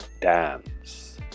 dance